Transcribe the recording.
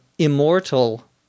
Immortal